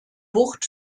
bucht